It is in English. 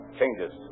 changes